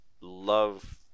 love